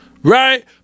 right